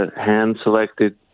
hand-selected